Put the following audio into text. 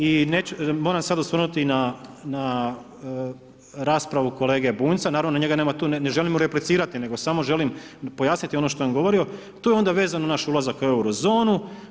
I moram se sad osvrnuti na raspravu Bunjca, naravno njega nema tu, ne želim mu replicirati nego samo želim pojasniti ono što je on govorio, tu je onda vezan naš ulazak u euro zonu.